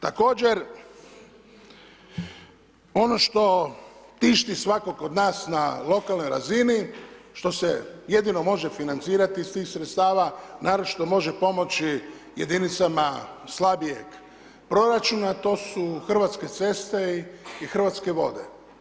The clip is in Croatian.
Također ono što tišti svakog od nas na lokalnoj razini, što se jedino može financirati iz tih sredstava, naročito može pomoći jedinicama slabijeg proračuna, a to su Hrvatske ceste i Hrvatske vode.